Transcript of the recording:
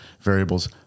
variables